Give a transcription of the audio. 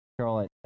Charlotte